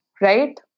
right